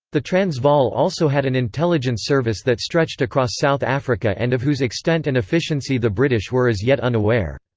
the transvaal also had an intelligence service that stretched across south africa and of whose extent and efficiency the british were as yet unaware.